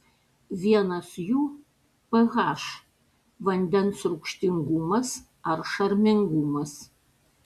vienas jų ph vandens rūgštingumas ar šarmingumas